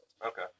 Okay